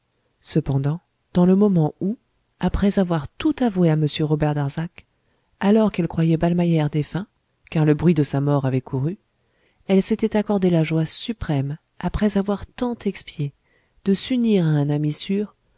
cependant dans le moment où après avoir tout avoué à m robert darzac alors qu'elle croyait ballmeyer défunt car le bruit de sa mort avait courut elle s'était accordée la joie suprême après avoir tant expié de s'unir à un ami sûr